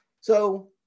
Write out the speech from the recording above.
So-